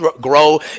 grow